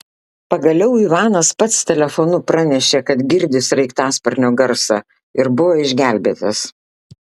pagaliau ivanas pats telefonu pranešė kad girdi sraigtasparnio garsą ir buvo išgelbėtas